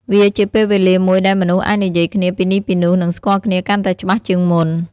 វាជាពេលវេលាមួយដែលមនុស្សអាចនិយាយគ្នាពីនេះពីនោះនិងស្គាល់គ្នាកាន់តែច្បាស់ជាងមុន។